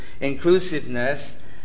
inclusiveness